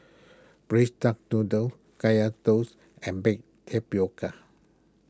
Braised Duck Noodle Kaya Toast and Baked Tapioca